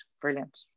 brilliant